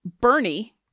Bernie